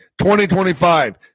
2025